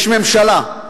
יש ממשלה,